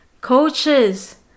coaches